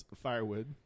firewood